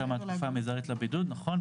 נכון,